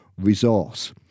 resource